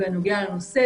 בנוגע לנושא,